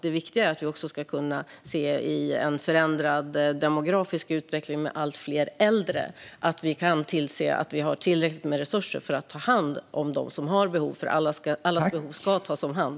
Det är också viktigt att vi vid en förändrad demografisk utveckling med allt fler äldre kan tillse att vi har tillräckligt med resurser för att ta hand om dem som har behov. Alla ska tas om hand.